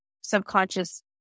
subconscious